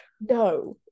No